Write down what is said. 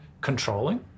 controlling